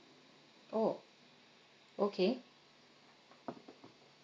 orh okay